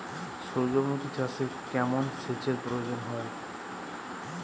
সূর্যমুখি চাষে কেমন সেচের প্রয়োজন?